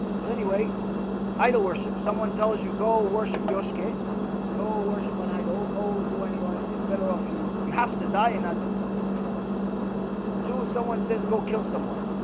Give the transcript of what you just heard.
but anyway idol worship someone tells you go worship your skin go ah worship an idol go do anyone's it's better off you you have to die and not do it. that's one to someone says go kill someone